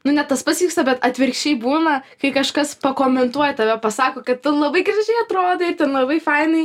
nu ne tas pats vyksta bet atvirkščiai būna kai kažkas pakomentuoja tave pasako kad tu labai gražiai atrodai labai fainai